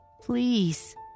Please